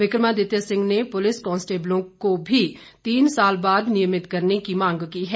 विक्रमादित्य सिंह ने पुलिस कॉन्स्टेबलों को भी तीन साल बाद नियमित करने की मांग की है